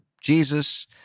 Jesus